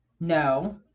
no